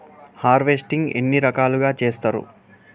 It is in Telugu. హార్వెస్టింగ్ ఎన్ని రకాలుగా చేస్తరు?